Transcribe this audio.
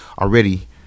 already